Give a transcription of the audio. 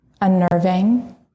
unnerving